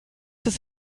ist